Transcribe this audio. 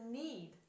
need